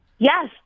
Yes